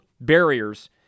barriers